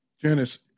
Janice